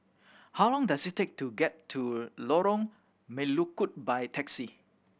how long does it take to get to Lorong Melukut by taxi